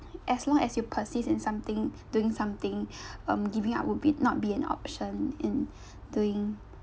as long as you persist in something doing something um giving up would be not be an option in doing